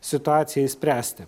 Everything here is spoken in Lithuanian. situacijai spręsti